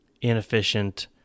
inefficient